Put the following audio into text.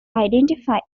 identify